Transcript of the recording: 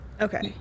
Okay